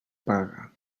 paga